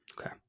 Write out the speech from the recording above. Okay